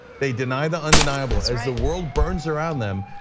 they deny the undeniable as the world burns around them.